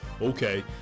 okay